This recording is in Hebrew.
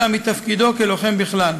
אלא מתפקידו כלוחם בכלל.